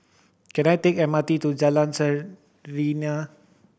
can I take M R T to Jalan Serene